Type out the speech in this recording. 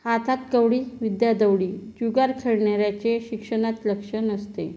हातात कवडी विद्या दौडी जुगार खेळणाऱ्याचे शिक्षणात लक्ष नसते